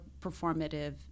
performative